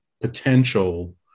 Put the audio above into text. potential